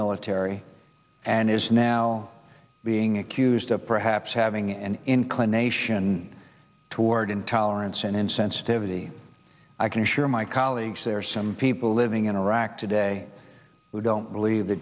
military and is now being accused of perhaps having an inclination toward intolerance and insensitivity i can assure my colleagues there are some people living in iraq today who don't believe th